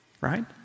right